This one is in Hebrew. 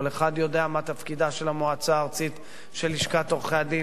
כל אחד יודע מה תפקידה של המועצה הארצית של לשכת עורכי-הדין,